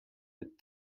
but